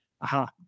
Aha